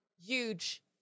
huge